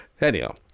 Anyhow